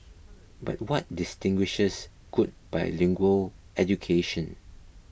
but what distinguishes good bilingual education